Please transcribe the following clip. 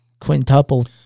quintuple